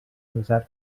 dels